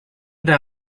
der